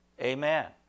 Amen